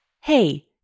Hey